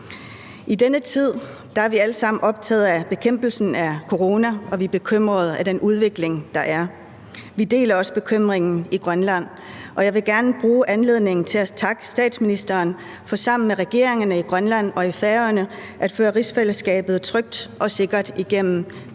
I denne tid er vi alle sammen optaget af bekæmpelsen af corona, og vi er bekymrede over den udvikling, der er. Vi deler også bekymringen i Grønland, og jeg vil gerne bruge anledningen til at takke statsministeren for sammen med regeringerne i Grønland og i Færøerne at føre rigsfællesskabet trygt og sikkert igennem